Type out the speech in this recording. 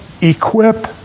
equip